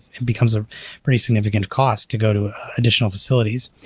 it becomes a pretty significant cost to go to additional facilities.